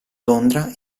londra